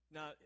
Now